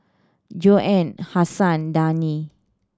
Joanne Hasan Dani